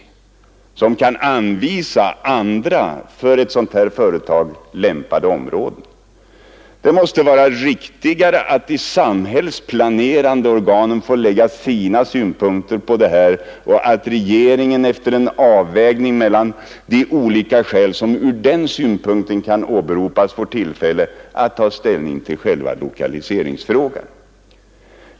Koncessionsnämnden skall inte kunna anvisa andra för ett sådant här företag lämpade områden. Det måste vara riktigare att de samhällsplanerande organen får anföra sina synpunkter på saken och att regeringen efter en avvägning mellan de olika skäl som därvid kan åberopas tar ställning till själva lokaliseringsfrågan.